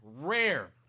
rare